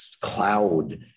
cloud